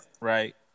right